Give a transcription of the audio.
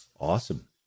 awesome